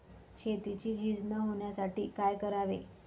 शेतीची झीज न होण्यासाठी काय करावे?